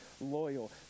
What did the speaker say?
loyal